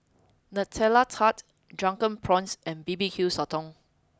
Nutella Tart Drunken Prawns and B B Q Sotong